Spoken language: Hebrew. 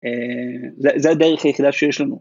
זה הדרך היחידה שיש לנו.